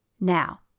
Now